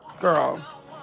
Girl